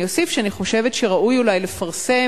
אני אוסיף שאני חושבת שראוי אולי לפרסם